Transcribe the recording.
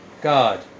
God